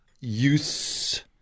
use